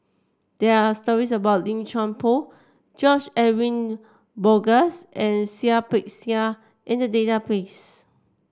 there are stories about Lim Chuan Poh George Edwin Bogaars and Seah Peck Seah in the database